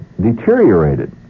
deteriorated